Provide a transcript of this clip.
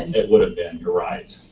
it would've been, you're right.